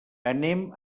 anem